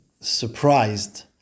surprised